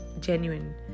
genuine